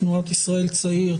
תנועת ישראל צעיר,